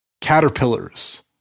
caterpillars